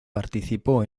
participó